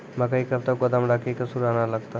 मकई कब तक गोदाम राखि की सूड़ा न लगता?